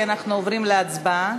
כי אנחנו עוברים להצבעה.